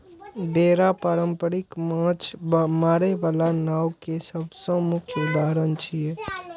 बेड़ा पारंपरिक माछ मारै बला नाव के सबसं मुख्य उदाहरण छियै